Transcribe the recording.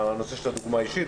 דוגמה אישית.